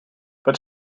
but